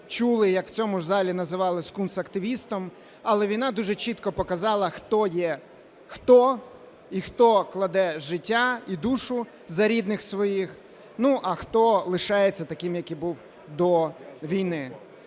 чули як в цьому залі називали "скунс-активістом", але війна дуже чітко показала хто є хто, і хто кладе життя і душу за рідних своїх, ну, а хто лишається таким, як і був до війни.